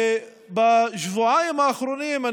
ובשבועיים האחרונים,